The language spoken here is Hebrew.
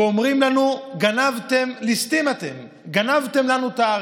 ואומרים לנו: ליסטים אתם, גנבתם לנו את הארץ.